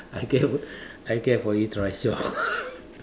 I get I get for you trishaw